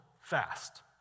fast